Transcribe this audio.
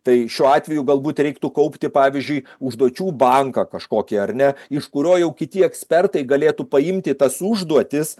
tai šiuo atveju galbūt reiktų kaupti pavyzdžiui užduočių banką kažkokį ar ne iš kurio jau kiti ekspertai galėtų paimti tas užduotis